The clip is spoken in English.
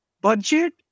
budget